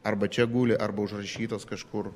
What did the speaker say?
arba čia guli arba užrašytos kažkur